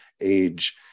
age